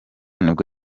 nibwo